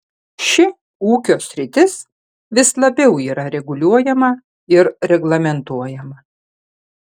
ši ūkio sritis vis labiau yra reguliuojama ir reglamentuojama